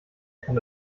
kann